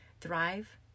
Thrive